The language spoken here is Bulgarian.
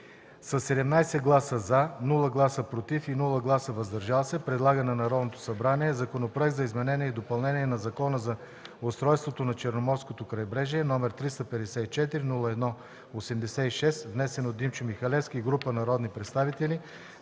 със 17 гласа „за”, без „против” и „въздържали се” предлага на Народното събрание Законопроект за изменение и допълнение на Закона за устройството на Черноморското крайбрежие, № 354-01-86, внесен от Димчо Михалевски и група народни представители,